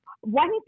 one